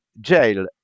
jail